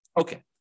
Okay